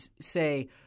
say—